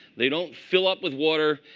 they don't fill up with water.